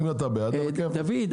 דוד,